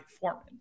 Foreman